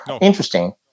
Interesting